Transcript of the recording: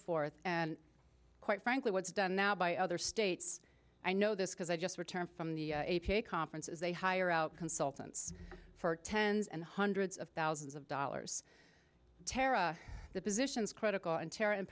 forth and quite frankly what is done now by other states i know this because i just returned from the conference is they hire out consultants for tens and hundreds of thousands of dollars tara the position is critical and tara in